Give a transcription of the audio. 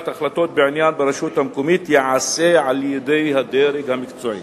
החלטות בעניין ברשות המקומית ייעשה על-ידי הדרג המקצועי.